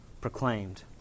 proclaimed